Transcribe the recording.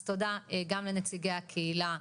אז תודה גם לנציגי הקהילה,